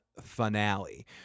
finale